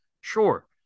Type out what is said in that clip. Sure